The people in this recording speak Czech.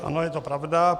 Ano, je to pravda.